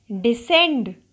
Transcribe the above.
descend